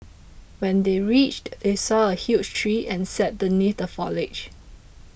when they reached they saw a huge tree and sat beneath the foliage